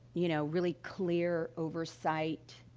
you know, really clear oversight,